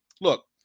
look